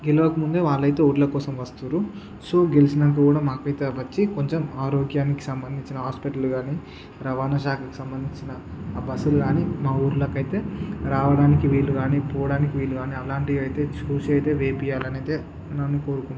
గెలవకముందే వాళ్లయితే ఓట్ల కోసం వస్తుర్రు సో గెలిచాక కూడా మాకైతే వచ్చి కొంచెం ఆరోగ్యానికి సంబంధించిన హాస్పిటల్ కానీ రవాణా శాఖకు సంబంధించిన ఆ బస్సులు కానీ మా ఊర్లకైతే రావడానికి వీలు కానీ పోవడానికి వీలు కానీ అలాంటివి అయితే చూసయితే వేపీయాలనైతే నేను కోరుకుంటున్నాను